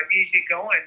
easy-going